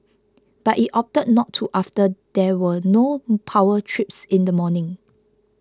but it opted not to after there were no power trips in the morning